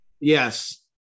Yes